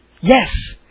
Yes